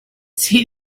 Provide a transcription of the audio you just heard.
see